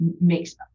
makes